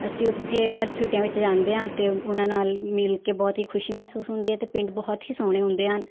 ਅਸੀਂ ਉੱਥੇ ਹਰ ਛੁੱਟੀਆਂ ਵਿੱਚ ਜਾਂਦੇ ਹਾਂ ਅਤੇ ਓ ਉਹਨਾਂ ਨਾਲ ਮਿਲ ਕੇ ਬਹੁਤ ਹੀ ਖੁਸ਼ੀ ਮਹਿਸੂਸ ਹੁੰਦੀ ਹੈ ਅਤੇ ਪਿੰਡ ਬਹੁਤ ਹੀ ਸੋਹਣੇ ਹੁੰਦੇ ਹਨ